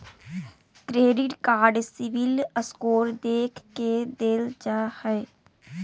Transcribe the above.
credit card CIBIL score देख के देल जा हइ